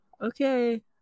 okay